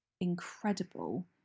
incredible